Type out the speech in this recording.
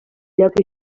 lloc